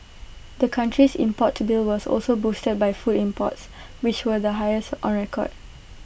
the country's import bill was also boosted by food imports which were the highest on record